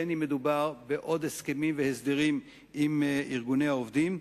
אם מדובר בעוד הסכמים והסדרים עם ארגוני העובדים,